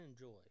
enjoy